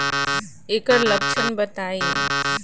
ऐकर लक्षण बताई?